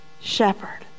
shepherd